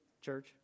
church